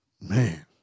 Man